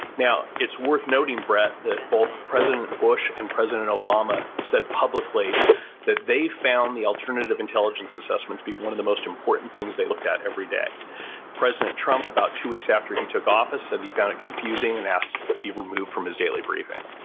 now, it's worth noting, brett, that both president bush and president obama said publicly that they found the alternative intelligence assessments be one of the most important things they looked at every day president trump, about two weeks after he took office, said he found it confusing and asked to be removed from his daily briefing.